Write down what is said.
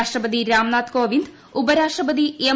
രാഷ്ട്രപതി രാംനാഥ് കോവിന്ദ് ഉപരാഷ്ട്രപത്രി എം